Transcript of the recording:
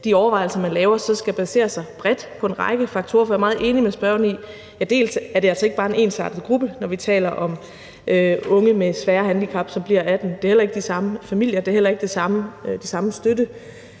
de overvejelser, man foretager, så skal basere sig bredt på en række faktorer. For jeg er meget enig med spørgeren i, at det dels ikke bare er en ensartet gruppe, når vi taler om unge med svære handicap, som bliver 18, men dels er det heller ikke de samme familier, og det er heller ikke de samme